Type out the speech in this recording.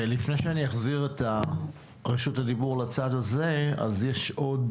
לפני שאחזיר את רשות הדיבור לצד הזה יש עוד